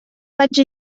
vaig